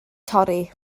torri